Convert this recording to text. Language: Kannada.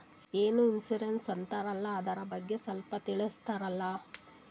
ಏನೋ ಇನ್ಸೂರೆನ್ಸ್ ಅಂತಾರಲ್ಲ, ಅದರ ಬಗ್ಗೆ ಸ್ವಲ್ಪ ತಿಳಿಸರಲಾ?